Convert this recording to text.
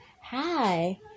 hi